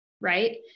right